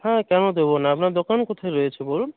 হ্যাঁ কেন দেব না আপনার দোকান কোথায় রয়েছে বলুন